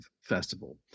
festival